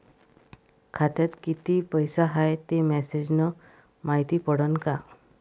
खात्यात किती पैसा हाय ते मेसेज न मायती पडन का?